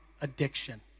addiction